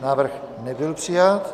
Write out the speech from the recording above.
Návrh nebyl přijat.